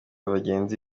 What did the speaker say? bagenzi